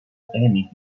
aiming